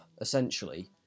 essentially